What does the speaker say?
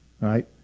right